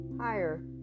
higher